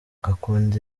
akunda